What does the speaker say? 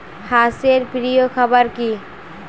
হাঁস এর প্রিয় খাবার কি?